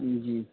جی